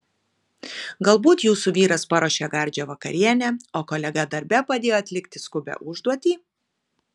galbūt jūsų vyras paruošė gardžią vakarienę o kolega darbe padėjo atlikti skubią užduotį